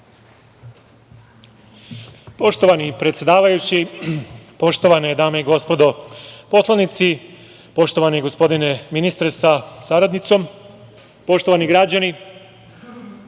Poštovani predsedavajući, poštovane dame i gospodo narodni poslanici, poštovani gospodine ministre sa saradnicom, poštovani građani,